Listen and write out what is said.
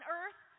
earth